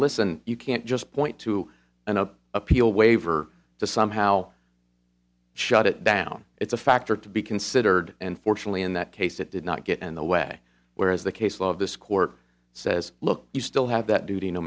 listen you can't just point to an appeal waiver to somehow shut it down it's a factor to be considered and fortunately in that case it did not get in the way whereas the case law of this court says look you still have that duty no